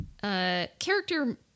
character